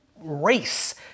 race